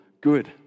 good